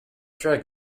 drag